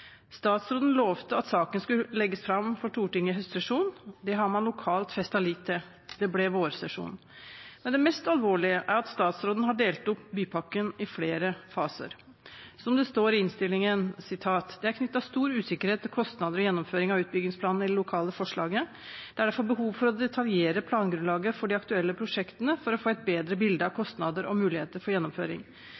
Statsråden lovte at saken skulle legges fram for Stortinget i høstsesjonen – det har man lokalt festet lit til, men det ble vårsesjonen. Men det mest alvorlige er at statsråden har delt opp bypakken i flere faser. Som det står i innstillingen: «Det er imidlertid knyttet stor usikkerhet til kostnader og gjennomføring av utbyggingsplanene i det lokale forslaget. Det er derfor behov for å detaljere plangrunnlaget for de aktuelle prosjektene for å få et bedre bilde av kostnader og muligheter for gjennomføring.